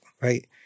right